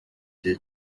gihe